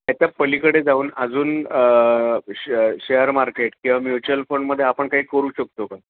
त्याच्या पलीकडे जाऊन अजून शे शेअर मार्केट किंवा म्युच्यअल फंडमध्ये आपण काही करू शकतो का